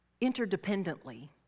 interdependently